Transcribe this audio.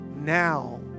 now